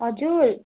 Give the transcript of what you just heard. हजुर